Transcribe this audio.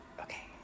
Okay